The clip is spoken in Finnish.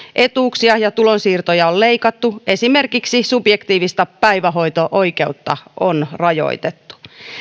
etuuksia ja tulonsiirtoja on leikattu esimerkiksi subjektiivista päivähoito oikeutta on rajoitettu